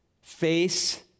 face